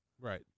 Right